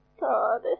God